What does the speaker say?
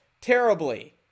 terribly